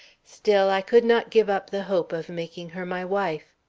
still i could not give up the hope of making her my wife.